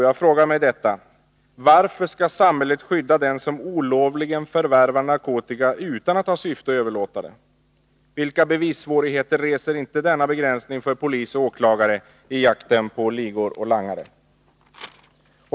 Jag frågar mig: Varför skall samhället skydda dem som olovligen förvärvar narkotika utan att ha syftet att överlåta den? Vilka bevissvårigheter reser inte denna begränsning för polis och åklagare i jakten på ligor och langare?